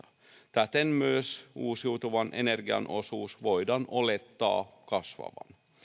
täten myös uusiutuvan energian osuuden voidaan olettaa kasvavan